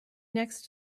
next